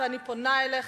ואני פונה אליך,